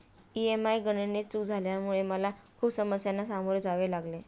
EMI गणनेत चूक झाल्यामुळे मला खूप समस्यांना सामोरे जावे लागले